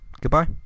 Goodbye